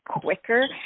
quicker